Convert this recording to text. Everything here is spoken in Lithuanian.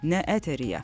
ne eteryje